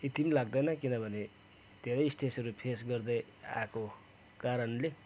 यति पनि लाग्दैन किनभने धेरै स्टेजहरू फेस गर्दै आएको कारणले